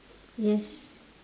yes